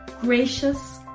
gracious